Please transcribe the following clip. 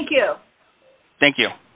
thank you thank you